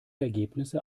ergebnisse